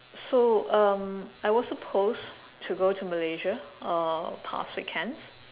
so um I was supposed to go to malaysia uh past weekends